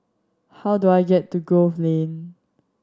how do I get to Grove Lane